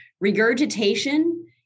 Regurgitation